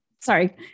Sorry